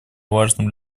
важным